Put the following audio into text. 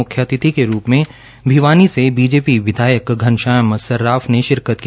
मुख्यातिथि के रूप में भिवानी से बीजेपी विधायक घनश्याम सर्राफ ने शिरकत की